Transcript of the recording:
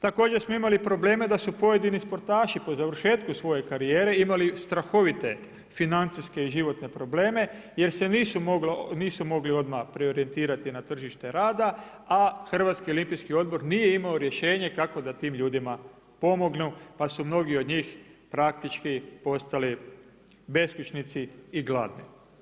Također smo imali probleme da su pojedini sportaši po završetku svoje karijere imali strahovite financijske i životne probleme jer se nisu mogli odmah preorijentirati na tržište rada a HOO nije imao rješenje kako da tim ljudima pomognu pa su mnogi od njih praktički postali beskućnici i gladni.